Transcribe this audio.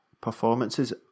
Performances